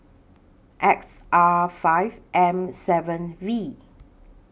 X R five M seven V